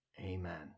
Amen